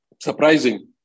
surprising